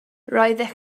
roeddech